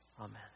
Amen